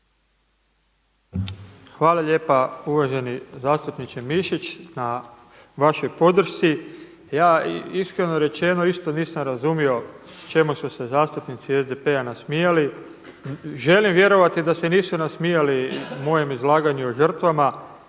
Hvala lijepa uvaženi zastupniče Mišić na vašoj podršci. Ja iskreno rečeno isto nisam razumio čemu su se zastupnici SDP-a nasmijali. Želim vjerovati da se nisu nasmijali mojem izlaganju o žrtvama.